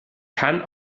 kann